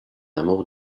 amour